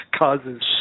causes